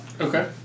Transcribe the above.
Okay